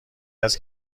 است